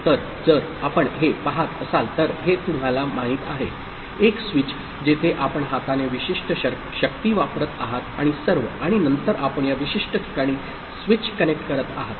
तर जर आपण हे पहात असाल तर हे तुम्हाला माहित आहे एक स्विच जेथे आपण हाताने विशिष्ट शक्ती वापरत आहात आणि सर्व आणि नंतर आपण या विशिष्ट ठिकाणी स्विच कनेक्ट करत आहात